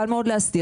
קל מאוד להסתיר,